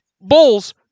Bulls